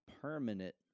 permanent